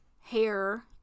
hair